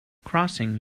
crossing